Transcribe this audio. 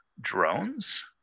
Drones